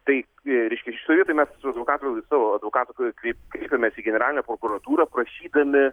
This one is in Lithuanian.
tai tai reiškia šitoj vietoj mes su advokatu su savo advokatu kreipėmės į generalinę prokuratūrą prašydami